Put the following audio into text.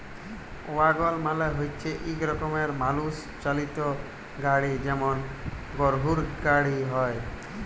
ওয়াগল মালে হচ্যে ইক রকমের মালুষ চালিত গাড়হি যেমল গরহুর গাড়হি হয়